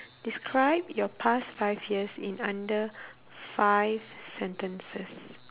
describe your past five years in under five sentences